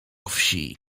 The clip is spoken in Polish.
wsi